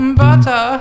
butter